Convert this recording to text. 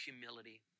humility